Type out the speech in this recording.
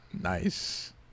Nice